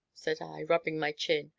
said i, rubbing my chin.